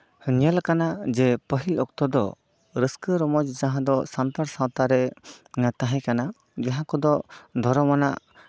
ᱧᱮᱞ ᱠᱟᱱᱟ ᱡᱮ ᱯᱟᱹᱦᱤᱞ ᱚᱠᱛᱚ ᱫᱚ ᱨᱟᱹᱥᱠᱟᱹ ᱨᱚᱢᱚᱡᱽ ᱡᱟᱦᱟᱸ ᱫᱚ ᱥᱟᱱᱛᱟᱲ ᱥᱟᱶᱛᱟᱨᱮ ᱛᱟᱦᱮᱸ ᱠᱟᱱᱟ ᱡᱟᱦᱟᱸ ᱠᱚᱫᱚ ᱫᱷᱚᱨᱚᱢ ᱟᱱᱟᱜ